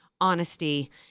honesty